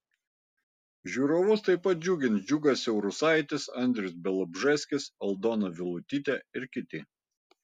žiūrovus taip pat džiugins džiugas siaurusaitis andrius bialobžeskis aldona vilutytė ir kiti